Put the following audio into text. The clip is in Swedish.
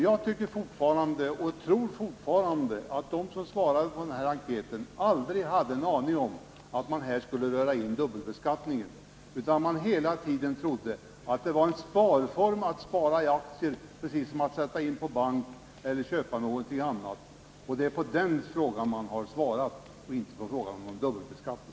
Jag tror fortfarande att de som svarade på den här enkäten aldrig hade en aning om att man skulle röra in dubbelbeskattningen, utan man trodde hela tiden att det var en form för att spara i aktier, precis som att spara på bank eller köpa andra värdepapper. Det är på det man har svarat, och inte på någon fråga om dubbelbeskattning.